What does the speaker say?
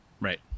Right